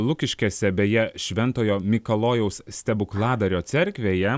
lukiškėse beje šventojo mikalojaus stebukladario cerkvėje